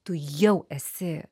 tu jau esi